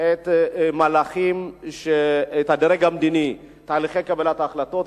את הדרג המדיני, את תהליכי קבלת ההחלטות.